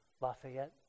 Lafayette